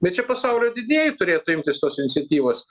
bet čia pasaulio didieji turėtų imtis tos iniciatyvos